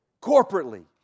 corporately